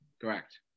Correct